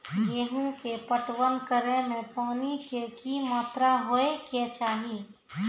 गेहूँ के पटवन करै मे पानी के कि मात्रा होय केचाही?